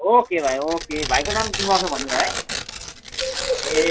okay भाइ okay भाइको नाम विमर्श भन्नुभयो है ए